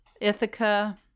Ithaca